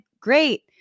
great